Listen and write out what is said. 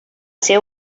ser